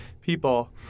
people